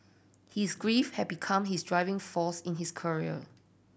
his grief had become his driving force in his career